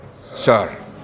sir